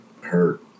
Hurt